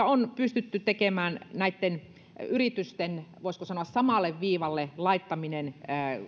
on pystytty tekemään näitten yritysten voisiko sanoa samalle viivalle laittaminen